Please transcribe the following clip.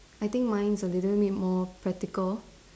I think mine is a little bit more practical